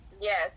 Yes